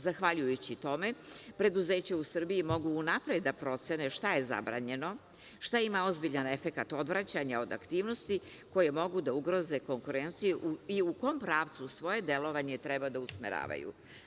Zahvaljujući tome, preduzeća u Srbiji mogu unapred da procene šta je zabranjeno, šta ima ozbiljan efekat odvraćanja od aktivnosti koje mogu da ugroze konkurenciju i u kom pravcu svoje delovanje treba da usmeravaju.